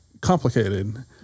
complicated